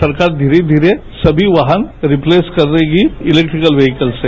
सरकार धीरे धीरे सभी वाहन री प्लेस करेगी इलैक्ट्रीकल व्हीकल से